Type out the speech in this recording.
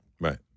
Right